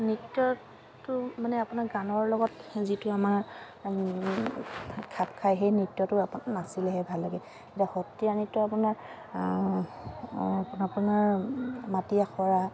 নৃত্যটো মানে আপোনাৰ গানৰ লগত যিটো আমাৰ খাপ খায় সেই নৃত্যটো আপুনি নাচিলেহে ভাল লাগে এতিয়া সত্ৰীয়া নৃত্য আপোনাৰ আপোনাৰ মাটি আখৰা